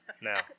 now